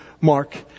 Mark